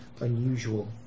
unusual